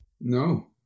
No